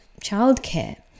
childcare